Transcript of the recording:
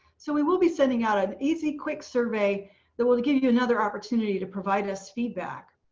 so we will be sending out an easy quick survey that will give you you another opportunity to provide us feedback.